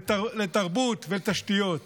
לתרבות ולתשתיות,